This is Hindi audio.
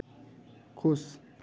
खुश